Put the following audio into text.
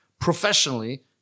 professionally